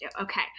Okay